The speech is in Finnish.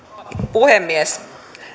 puhemies kun